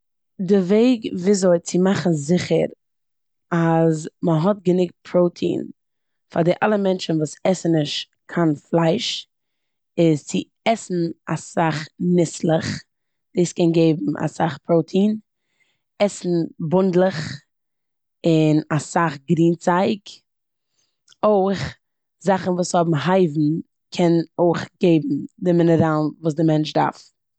די וועג וויאזוי צו מאכן זיכער אז מ'האט גענוג פראטיען פאר די אלע מענטשן וואס עסן נישט קיין פלייש איז צו עסן אסאך נוסלעך, דאס קען גיבן אסאך פראטיען, עסן בונדלעך און אסאך גרינצייג. אויך זאכן וואס האבן הייוון קען אויך געבן די מינעראלן וואס די מענטש דארף.